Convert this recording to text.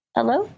Hello